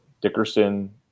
Dickerson